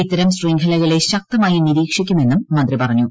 ഇത്തരം ശൃംഖലകളെ ശക്തമായി നിരീക്ഷിക്കുമെന്നും മന്ത്രി പറഞ്ഞു